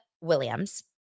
Williams